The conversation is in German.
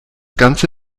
ganze